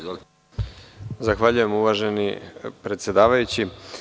Zahvaljujem uvaženi predsedavajući.